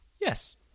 Yes